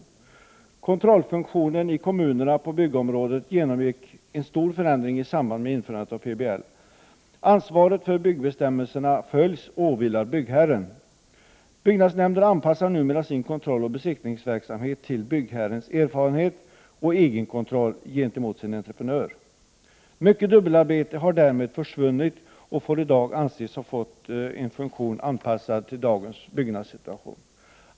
Kontrollfunktionen i kommunerna på byggområdet genomgick en stor förändring i samband med införandet av PBL. Ansvaret för att byggbestämmelserna följs åvilar byggherren. Byggnadsnämnderna anpassar numera sin kontrolloch besiktningsverksamhet till byggherrens erfarenhet och egenkontroll gentemot sin entreprenör. Mycket dubbelarbete har därmed försvunnit. Kontrollen kan i dag anses ha fått en funktion anpassad till dagens byggnadssituation.